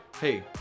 Hey